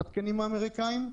בתקנים האמריקאים,